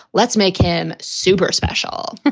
let's make him super special